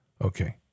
Okay